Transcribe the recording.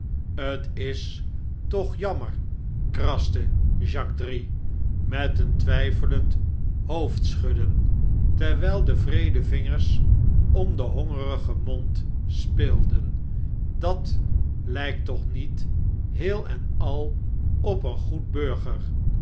t is toch jammer kraste jacques drie met een twjjfelend hoofdschudden terwjjl de wreede vingers om den hongerigen mond speelden dat lykt toch niet heel en al op een goed burger